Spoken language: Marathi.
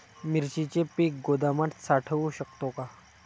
मिरचीचे पीक गोदामात साठवू शकतो का?